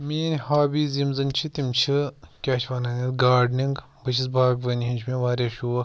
میٲنۍ ہابیٖز یِم زَن چھِ تِم چھِ کیٛاہ چھِ وَنان یَتھ گارڈنِنٛگ بہٕ چھُس باغبٲنی ہنٛد چھُ مےٚ وارِیاہ شوق